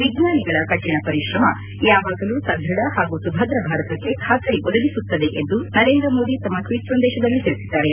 ವಿಜ್ಞಾನಿಗಳ ಕಠಿಣ ಪರಿಶ್ರಮ ಯಾವಾಗಲೂ ಸದೃಢ ಹಾಗೂ ಸುಭದ್ರ ಭಾರತಕ್ಕೆ ಖಾತರಿ ಒದಗಿಸುತ್ತದೆ ಎಂದು ನರೇಂದ್ರಮೋದಿ ತಮ್ಮ ಟ್ವೀಟ್ ಸಂದೇಶದಲ್ಲಿ ತಿಳಿಸಿದ್ದಾರೆ